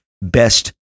best